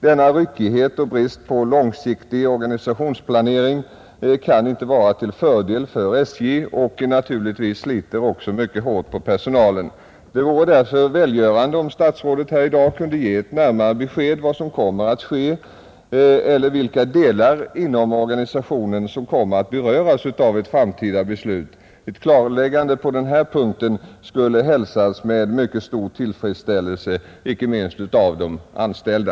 Denna ryckighet och brist på långsiktig organisationsplanering kan inte vara till fördel för SJ och sliter naturligtvis också mycket hårt på personalen. Det vore därför välgörande om kommunikationsministern här i dag kunde ge ett närmare besked om vad som kommer att ske eller vilka delar inom organisationen som kommer att beröras av ett eventuellt framtida beslut. Ett klarläggande på den punkten skulle hälsas med mycket stor tillfredsställelse icke minst av de anställda.